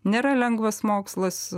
nėra lengvas mokslas